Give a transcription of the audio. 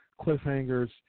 cliffhangers